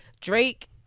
Drake